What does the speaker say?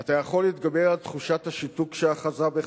אתה יכול להתגבר על תחושת השיתוק שאחזה בך,